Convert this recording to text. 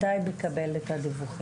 מתי יקבל את הדיווחים?